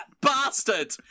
bastard